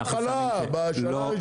בהתחלה, בשנה הראשונה.